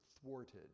thwarted